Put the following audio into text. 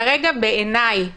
כרגע בעיניי